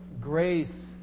grace